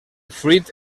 fruit